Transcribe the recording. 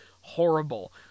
horrible